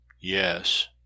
Yes